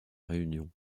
réunion